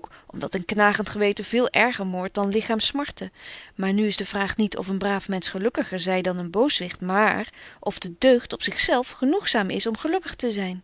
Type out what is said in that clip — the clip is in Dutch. k om dat een knagent geweten veel erger moordt dan lichaams smarte maar nu is de vraag niet of een braaf mensch gelukkiger zy dan een booswicht maar of de deugd op zich zelf genoegzaam is om gelukkig te zyn